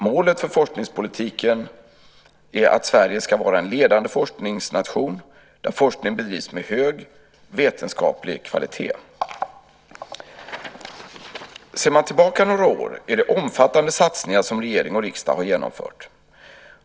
Målet för forskningspolitiken är att Sverige ska vara en ledande forskningsnation, där forskning bedrivs med hög vetenskaplig kvalitet. Ser man tillbaka några år är det omfattande satsningar som regering och riksdag har genomfört.